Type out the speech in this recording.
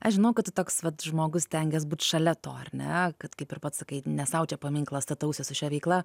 aš žinau kad tu toks vat žmogus stengies būt šalia to ar ne kad kaip ir pats sakai ne sau čia paminklą statausi su šia veikla